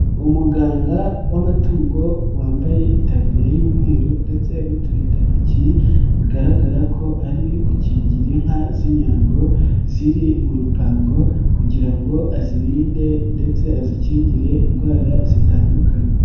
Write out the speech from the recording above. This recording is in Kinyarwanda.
Umuganga w'amatungo wambaye itabiririya y'umweru ndetse n'uturindantoki, bigaragara ko ari ugukingira inka z'inyambo ziri mu rupango kugira ngo azirinde ndetse azikingire indwara zitandukanye.